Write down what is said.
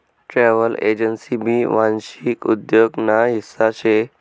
travel agency भी वांशिक उद्योग ना हिस्सा शे